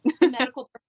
Medical